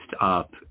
up